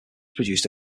produced